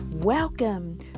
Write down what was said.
Welcome